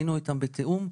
היינו איתם בתיאום.